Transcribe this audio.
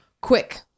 Quick